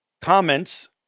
comments